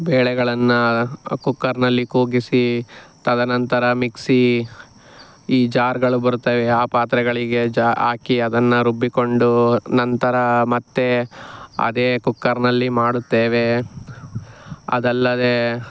ಬೇಳೆಗಳನ್ನು ಕುಕ್ಕರ್ನಲ್ಲಿ ಕೂಗಿಸಿ ತದ ನಂತರ ಮಿಕ್ಸಿ ಈ ಜಾರ್ಗಳು ಬರುತ್ತವೆ ಆ ಪಾತ್ರೆಗಳಿಗೆ ಜಾ ಹಾಕಿ ಅದನ್ನು ರುಬ್ಬಿಕೊಂಡು ನಂತರ ಮತ್ತೆ ಅದೇ ಕುಕ್ಕರ್ನಲ್ಲಿ ಮಾಡುತ್ತೇವೆ ಅದಲ್ಲದೆ